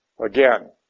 again